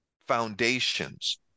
foundations